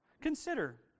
Consider